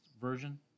version